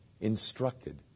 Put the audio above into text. instructed